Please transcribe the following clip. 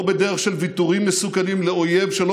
לא בדרך של ויתורים מסוכנים לאויב שלא